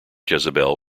jezebel